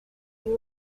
you